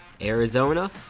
Arizona